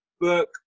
book